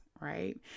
right